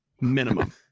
minimum